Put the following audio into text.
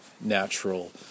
natural